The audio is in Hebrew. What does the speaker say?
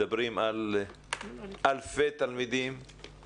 מדברים על אלפי תלמידים,